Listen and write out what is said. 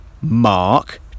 Mark